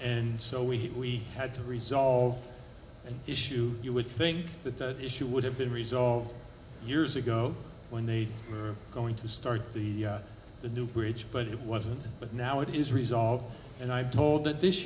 and so we had to resolve an issue you would think that that issue would have been resolved years ago when they were going to start the the new bridge but it wasn't but now it is resolved and i'm told that this